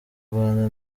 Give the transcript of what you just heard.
rwanda